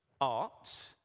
art